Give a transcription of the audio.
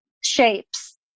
shapes